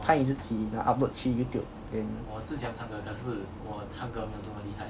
拍你自己然后 upload 去 YouTube